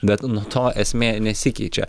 bet nuo to esmė nesikeičia